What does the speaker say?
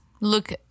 look